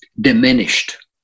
diminished